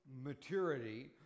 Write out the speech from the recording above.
maturity